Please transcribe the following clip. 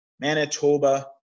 Manitoba